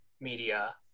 media